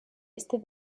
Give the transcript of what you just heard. este